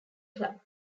club